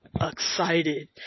excited